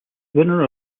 winner